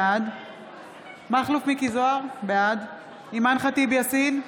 בעד מכלוף מיקי זוהר, בעד אימאן ח'טיב יאסין,